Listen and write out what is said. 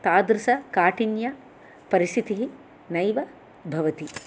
तादृशकाठिन्यपरिस्थितिः नैव भवति